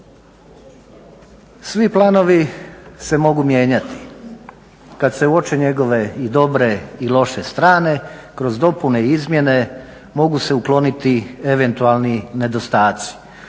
Svi planovi se mogu mijenjati. Kad se uoče njegove i dobre i loše strane kroz dopune i izmjene mogu se ukloniti eventualni nedostaci